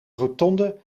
rotonde